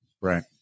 Right